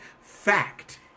fact